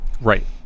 Right